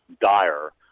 dire